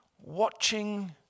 watching